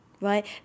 right